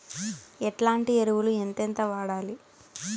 ఎట్లాంటి ఎరువులు ఎంతెంత వాడాలి?